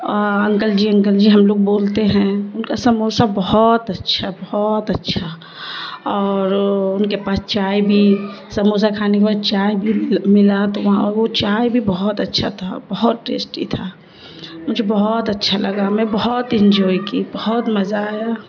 اور uncle ji uncle ji ہم لوگ بولتے ہیں ان کا سموسا بہت اچھا بہت اچھا اور ان کے پاس چائے بھی سموسا کھانے کے بعد چائے بھی ملا تو وہاں وہ چائے بھی بہت اچھا تھا بہت ٹیسٹی تھا مجھے بہت اچھا لگا میں بہت انجوائے کی بہت مزہ آیا